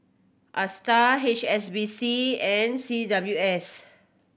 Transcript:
Astar H S B C and C W S